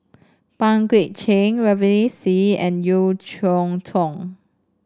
Pang Guek Cheng Ravinder Singh and Yeo Cheow Tong